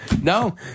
No